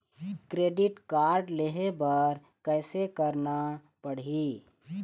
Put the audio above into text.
Credit card लेहे बर कैसे करना पड़ही?